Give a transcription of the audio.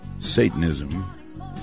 Satanism